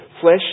flesh